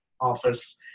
office